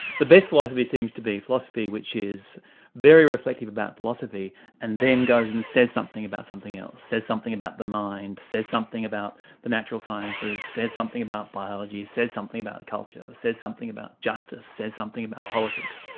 the best philosophy seems to be philosophy which is very reflective about philosophy and then goes and says something about something else, says something about the mind, says something about the natural sciences, says something about biology, says something about culture, says something about justice, says something about politics.